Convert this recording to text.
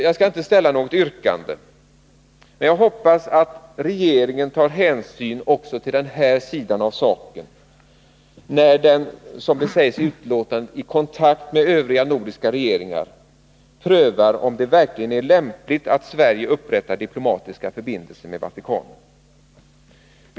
Jag skall inte ställa något yrkande, men jag hoppas att regeringen tar hänsyn också till den här sidan av saken när den, som det sägs i betänkandet, i kontakt med övriga nordiska regeringar prövar om det verkligen är lämpligt att Sverige upprättar diplomatiska förbindelser med Vatikanen.